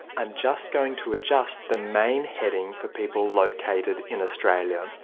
i'm just going to adjust the main heading for people located in australia.